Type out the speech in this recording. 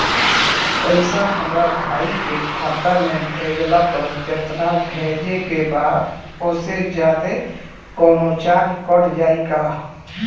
पैसा हमरा भाई के खाता मे भेजला पर जेतना भेजे के बा औसे जादे कौनोचार्ज कट जाई का?